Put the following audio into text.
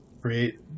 create